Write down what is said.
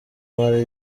amara